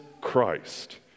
Christ